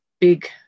big